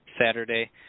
Saturday